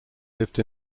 lived